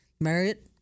Marriott